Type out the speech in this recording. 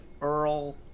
Earl